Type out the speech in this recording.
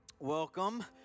Welcome